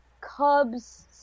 Cubs